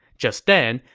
just then,